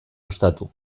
ostatu